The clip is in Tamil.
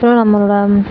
அப்புறம் நம்மளோட